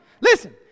Listen